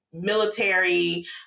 military